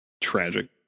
tragic